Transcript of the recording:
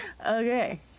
okay